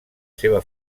seva